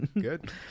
Good